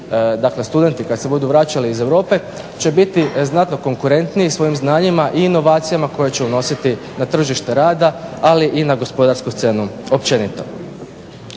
dakle studenti kada se budu vraćali iz Europe će biti znatno konkurentniji svojim znanjima i inovacijama koje će unositi na tržište rada, ali i na gospodarsku scenu općenito.